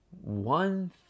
one